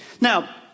Now